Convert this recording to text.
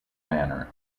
manor